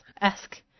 Ask